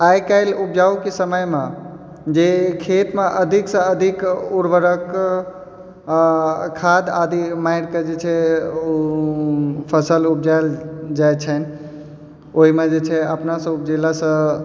आइकाल्हि उपजाउके समयमे जे खेतमे अधिकान्श अधिक उर्वरक खाद्य आदि मारिके जे छै फसल उपजाएल जाइत छनि ओहिमे जे छै अपनासँ उपजएलासँ